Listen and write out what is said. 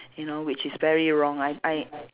you know which is very wrong I I